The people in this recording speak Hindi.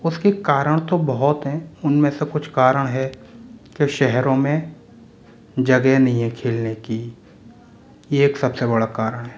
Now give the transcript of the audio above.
उसके कारण तो बहुत हैं उनमें से कुछ कारण हैं के शहरों में जगह नहीं है खेलने की यह एक सबसे बड़ा कारण है